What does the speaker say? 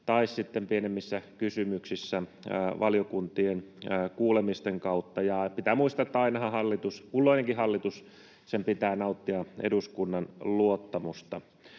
tai sitten pienemmissä kysymyksissä valiokuntien kuulemisten kautta. Ja pitää muistaa, että ainahan kulloisenkin hallituksen pitää nauttia eduskunnan luottamusta.